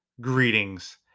Greetings